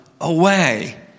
away